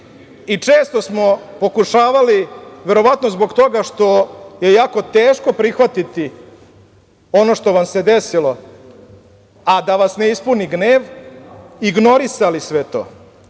i često smo pokušavali, verovatno zbog toga što je jako teško prihvatiti ono što vam se desilo, a da vas ne ispuni gnev, ignorisali sve to. Mi